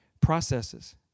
Processes